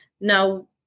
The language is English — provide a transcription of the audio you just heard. Now